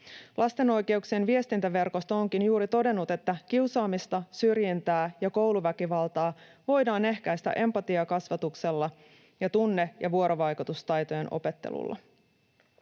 Lasten oikeuksien viestintäverkosto onkin juuri todennut, että kiusaamista, syrjintää ja kouluväkivaltaa voidaan ehkäistä empatiakasvatuksella ja tunne‑ ja vuorovaikutustaitojen opettelulla.